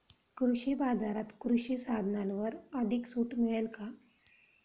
कृषी बाजारात कृषी साधनांवर अधिक सूट मिळेल का?